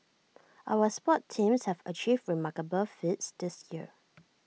our sports teams have achieved remarkable feats this year